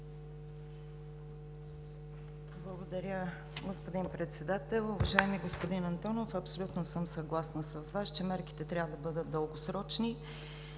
Благодаря, господин Председател. Уважаеми господин Антонов, абсолютно съм съгласна с Вас, че мерките трябва да бъдат дългосрочни